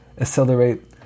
accelerate